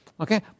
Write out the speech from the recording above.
Okay